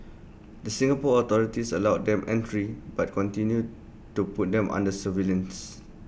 the Singapore authorities allowed them entry but continued to put them under surveillance